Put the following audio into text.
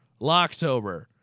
Locktober